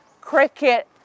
cricket